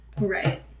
Right